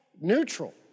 neutral